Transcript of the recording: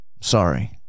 sorry